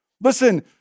Listen